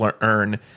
earn